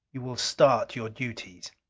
you will start your duties!